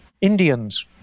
Indians